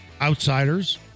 outsiders